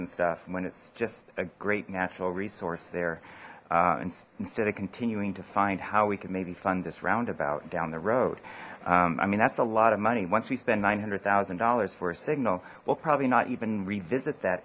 and stuff when it's just a great natural resource there and instead of continuing to find how we can maybe fund this roundabout down the road i mean that's a lot of money once we spend nine hundred thousand dollars for a signal we'll probably not even revisit that